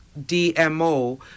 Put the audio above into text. DMO